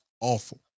Awful